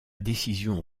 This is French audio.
décision